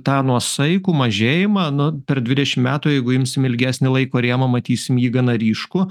tą nuosaikų mažėjimą nu per dvidešim metų jeigu imsim ilgesnį laiko rėmą matysim jį gana ryškų